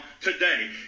today